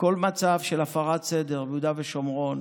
כל מצב של הפרת סדר ביהודה ושומרון